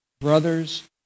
brothers